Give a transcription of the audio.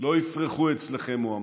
לא יפרחו" אצלכם, הוא אמר.